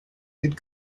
could